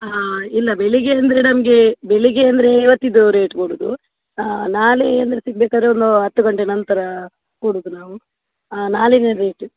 ಹಾಂ ಇಲ್ಲ ಬೆಳಿಗ್ಗೆ ಅಂದರೆ ನಮಗೆ ಬೆಳಿಗ್ಗೆ ಅಂದರೆ ಇವತ್ತಿನದ್ದು ರೇಟ್ ಕೊಡೋದು ನಾಳೆ ಅಂದ್ರೆ ಸಿಗಬೇಕಾದ್ರೆ ಒಂದು ಹತ್ತು ಗಂಟೆ ನಂತರ ಕೊಡೋದು ನಾವು ಹಾಂ ನಾಳಿನ ರೇಟು